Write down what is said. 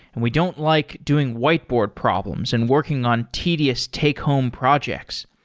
and we don't like doing whiteboard problems and working on tedious take home projects.